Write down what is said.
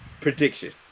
prediction